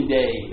day